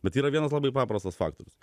bet yra vienas labai paprastas faktorius